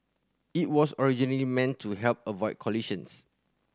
it was originally meant to help avoid collisions